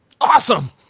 Awesome